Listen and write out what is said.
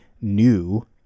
new